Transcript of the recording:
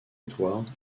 edwards